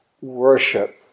worship